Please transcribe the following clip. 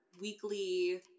weekly